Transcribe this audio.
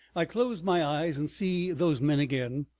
i close my eyes and see those men again,